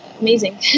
amazing